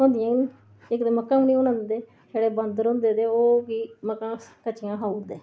थ्होंदियां के नी साढ़े बांदर होंदे ते ओह् फ्ही कच्चियां खाई उड़दे